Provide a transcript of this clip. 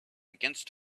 against